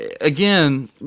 again